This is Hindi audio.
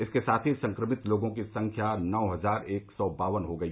इसके साथ ही संक्रमित लोगों की संख्या नौ हजार एक सौ बावन हो गई